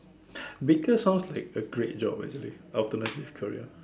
because of like a great job actually I open up this career